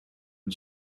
and